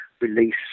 release